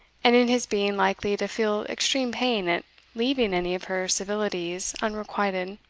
and in his being likely to feel extreme pain at leaving any of her civilities unrequited.